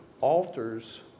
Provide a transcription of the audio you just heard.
alters